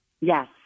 Yes